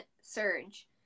Surge